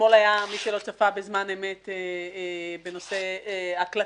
אתמול הייתה תוכנית בנושא הקלסרים,